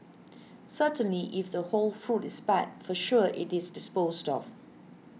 certainly if the whole fruit is bad for sure it is disposed of